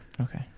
okay